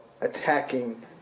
attacking